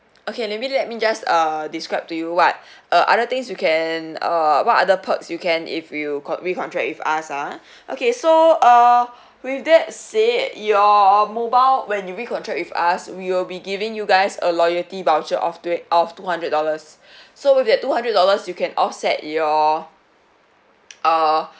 okay maybe let me just uh describe to you what uh other things you can uh what other perks you can if you con~ recontract with us ah okay so uh with that said your mobile when you recontract with us we will be giving you guys a loyalty voucher of twen~ of two hundred dollars so with that two hundred dollars you can offset your uh